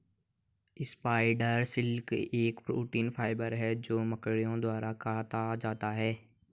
spider silk एक protein fibre है जो मकड़ियों द्वारा काता जाता है